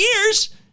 years